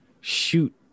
shoot